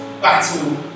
battle